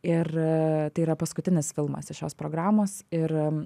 ir tai yra paskutinis filmas iš šios programos ir